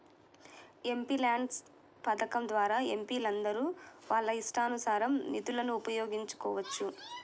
MPLADS పథకం ద్వారా ఎంపీలందరూ వాళ్ళ ఇష్టానుసారం నిధులను ఉపయోగించుకోవచ్చు